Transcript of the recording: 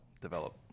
develop